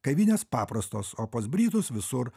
kavinės paprastos o pas britus visur